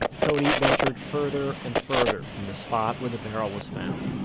cody ventured further and further from the spot where the barrel was found.